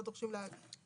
לא דורשים להגיע.